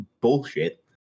bullshit